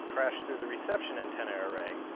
crashed through the reception antenna array.